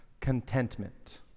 Contentment